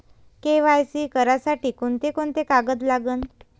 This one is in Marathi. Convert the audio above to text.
के.वाय.सी करासाठी कोंते कोंते कागद लागन?